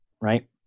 right